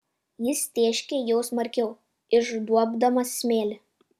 jis tėškė jau smarkiau išduobdamas smėlį